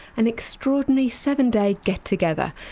an extraordinary seven-day get together,